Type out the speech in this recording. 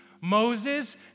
Moses